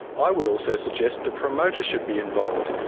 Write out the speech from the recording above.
i would also suggest the promoter should be involved,